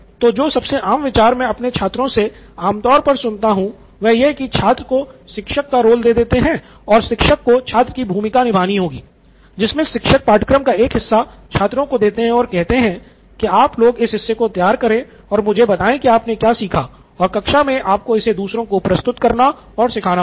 तो जो सबसे आम विचार मैं अपने छात्रों से आमतौर पर सुनता हूं वह यह है की छात्र को शिक्षक का रोल दे देते हैं और शिक्षक को छात्र की भूमिका निभानी होगी जिसमे शिक्षक पाठ्यक्रम का एक हिस्सा छात्रों को देते है और कहते हैं कि आप लोग इस हिस्से को तैयार करें और मुझे बताएं कि आपने क्या सीखा है और कक्षा मे आपको इसे दूसरों को प्रस्तुत करना और सिखाना होगा